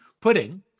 Pudding